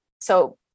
So-